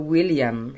William